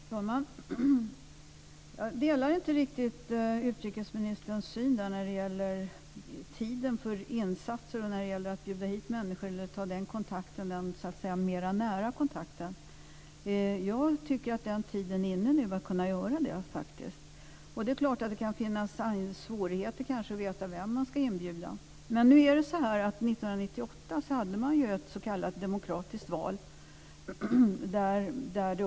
Fru talman! Jag delar inte riktigt utrikesministerns syn när det gäller tiden för insatser och när det gäller att bjuda hit människor, dvs. att ta en mera nära kontakt. Jag tycker faktiskt att den tiden nu är inne att kunna göra det. Det är klart att det kan finnas svårigheter att veta vem man ska inbjuda. År 1998 hade man ett s.k. demokratiskt val.